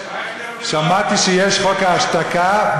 שמעתי שיש חוק ההשתקה,